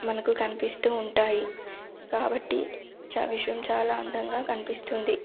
మనకు కనిపిస్తూ ఉంటాయి కాబట్టి చ విశ్వం చాలా అందంగా కనిపిస్తుంది